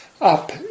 up